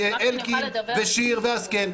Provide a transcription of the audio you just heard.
אלקין -- אני אשמח אם אוכל לדבר בלי שהוא ----- ושיר והשכל?